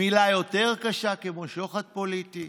מילה יותר קשה, כמו שוחד פוליטי?